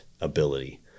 ability